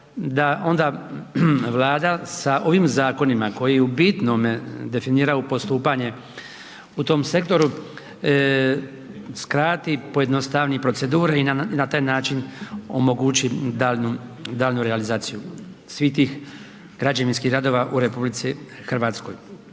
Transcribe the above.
da onda Vlada sa ovim zakonima koji u bitnome definiraju postupanje u tom sektoru, skrati, pojednostavi procedure i na taj način omogući daljnju realizaciju svih tih građevinskih radova u RH. Ono što